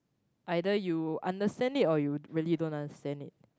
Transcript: either you understand it or you really don't understand it